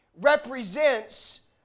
represents